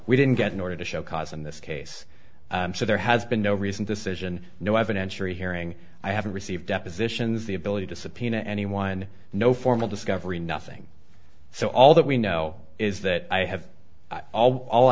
we didn't get an order to show cause in this case so there has been no reason decision no evidence or hearing i haven't received depositions the ability to subpoena anyone no formal discovery nothing so all that we know is that i have all